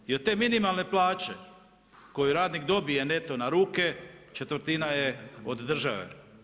Jer i od te minimalne plaće, koju radnik dobije, neto na ruke četvrtina je od države.